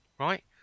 Right